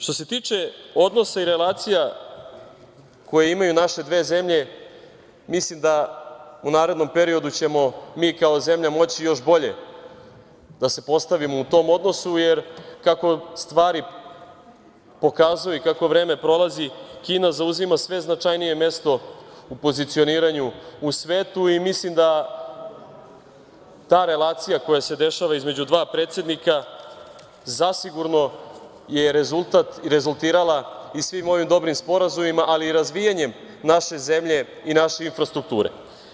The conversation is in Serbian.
Što se tiče odnosa i relacija koje imaju naše dve zemlje, mislim da ćemo u narednom periodu mi kao zemlja moći još bolje da se postavimo u tom odnosu, jer kako stvari pokazuju i kako vreme prolazi Kina zauzima značajnije mesto u pozicioniranju u svetu i mislim da ta relacija koja se dešava između dva predsednika zasigurno je rezultat i rezultirala i svim ovim dobrim sporazumima, ali i razvijanjem naše zemlje i naše infrastrukture.